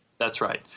that's right.